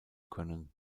können